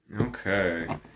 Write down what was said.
okay